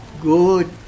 Good